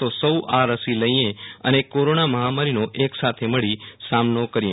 તો સૌ આ રસી લઇએ અને કોરોના મહામારીનો એક સાથે મળી સામનો કરીએ